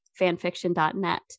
fanfiction.net